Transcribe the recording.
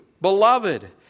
beloved